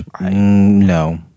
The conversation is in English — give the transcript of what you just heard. No